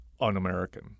un-American